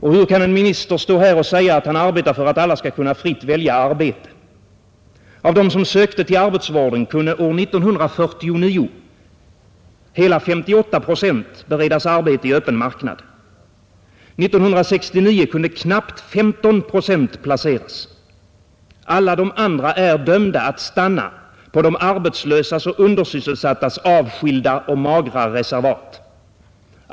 Och hur kan ett statsråd stå här och säga att han arbetar för att alla skall kunna fritt välja arbete? Av dem som sökte till arbetsvården kunde år 1949 hela 58 procent beredas arbete i öppen marknad. 1969 kunde knappt 15 procent placeras. Alla de andra är dömda att stanna på de arbetslösas och undersysselsattas avskilda och magra reservat.